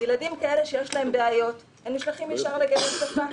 ילדים כאלה שיש להם בעיות נשלחים ישר לגני שפה.